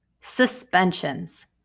Suspensions